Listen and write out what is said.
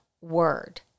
word